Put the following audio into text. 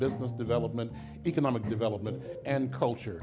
business development economic development and culture